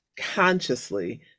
consciously